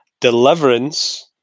Deliverance